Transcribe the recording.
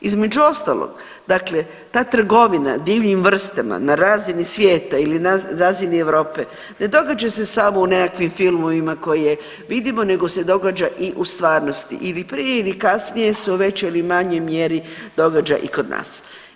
Između ostalog, dakle, ta trgovina divljim vrstama na razini svijeta ili razini Europe ne događa se samo u nekakvim filmovima koje vidimo nego se događa i u stvarnosti ili prije ili kasnije se u većoj ili manjoj mjeri događa i kod nas.